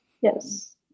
yes